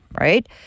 right